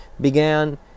began